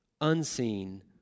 unseen